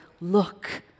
look